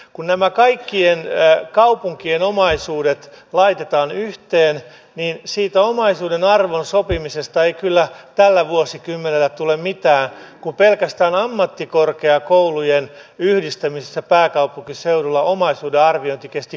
kun nämä kaikkien kaupunkien omaisuudet laitetaan yhteen niin siitä omaisuuden arvon sopimisesta ei kyllä tällä vuosikymmenellä tule mitään kun pelkästään ammattikorkeakoulujen yhdistämisessä pääkaupunkiseudulla omaisuuden arviointi kesti kuusi vuotta